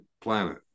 planet